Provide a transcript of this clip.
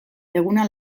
eguna